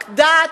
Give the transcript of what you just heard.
רק דת,